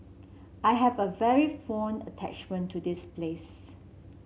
I have a very fond attachment to this place